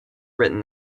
written